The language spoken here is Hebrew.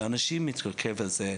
שאנשים יתרכזו בזה.